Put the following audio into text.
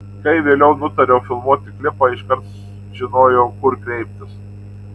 kai vėliau nutariau filmuoti klipą iškart žinojau kur kreiptis